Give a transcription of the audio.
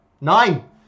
Nine